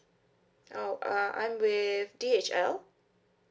oh uh I'm with D_H_L